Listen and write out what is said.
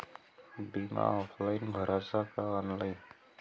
बिमा ऑफलाईन भराचा का ऑनलाईन?